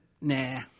nah